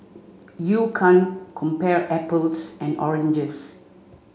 you can't compare apples and oranges